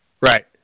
Right